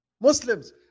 Muslims